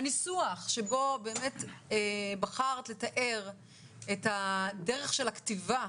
אני רוצה לשמוע את עורכת הדין ורד וינדמן,